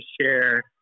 share